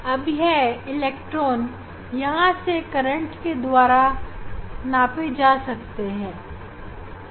अब यह इलेक्ट्रॉन यहां से करंट के द्वारा नाप सकते हैं